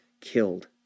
killed